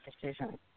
decision